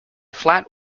flat